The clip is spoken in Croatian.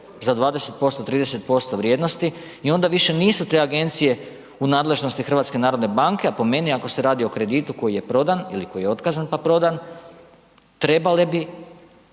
za 20%, 30% vrijednosti i onda više nisu te agencije u nadležnosti HNB-a, a po meni ako se radi po kreditu koji je prodan ili koji je otkazan pa prodan trebale bi